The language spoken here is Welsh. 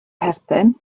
perthyn